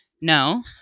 no